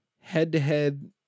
head-to-head